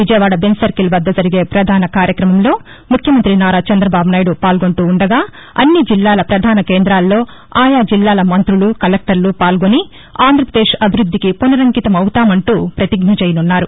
Vijayawada Benz Circle వద్ద జరిగే ప్రధాన కార్యక్రమంలో ముఖ్యమంతి నారా చంద్రబాబునాయుడు పాల్గొంటుండగాఅన్ని జిల్లాల పధాన కేంద్రాలలో ఆయా జిల్లాల మంతులు కలెక్టర్లు పాల్గొని ఆంధ్రాపదేశ్ అభివృద్దికి పునరంకితమవుతామంటూ పతిజ్ఞ చేయసున్నారు